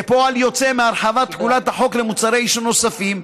כפועל יוצא מהרחבת תחולת החוק למוצרי עישון נוספים,